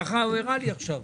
ככה הוא הראה לי עכשיו.